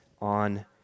on